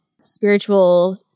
spiritual